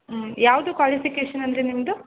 ಹ್ಞೂ ಯಾವುದು ಕ್ವಾಲಿಫಿಕೇಷನ್ ಅಂದಿರಿ ನಿಮ್ಮದು